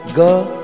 girl